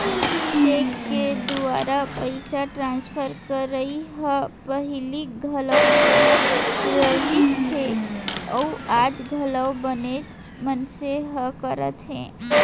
cheque के दुवारा पइसा ट्रांसफर करई ह पहिली घलौक चलत रहिस हे अउ आज घलौ बनेच मनसे ह करत हें